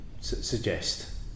suggest